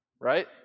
Right